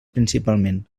principalment